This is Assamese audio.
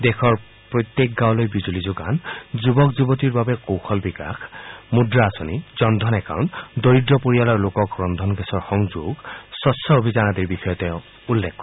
দেশৰ প্ৰত্যেক গাওঁলৈ বিজুলী যোগান আৰু যুৱক যুৱতীৰ বাবে কৌশল বিকাশ মুদ্ৰা আঁচনি জনধন একাউণ্ট দৰিদ্ৰ পৰিয়ালৰ লোকক ৰন্ধন গেছৰ সংযোগ স্বচ্চ অভিযান আদিৰ বিষয়ে তেওঁ উল্লেখ কৰে